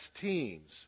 teams